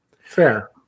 Fair